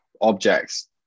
objects